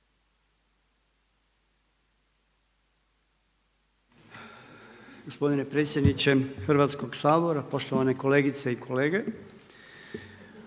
gospodine predsjedniče Hrvatskog sabora. Kolegice i kolege,